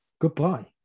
goodbye